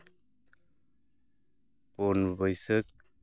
ᱯᱳᱱ ᱵᱟᱹᱭᱥᱟᱹᱠᱷ